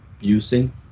using